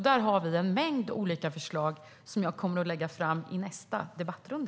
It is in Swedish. Där har vi en mängd olika förslag som jag kommer att lägga fram i nästa debattrunda.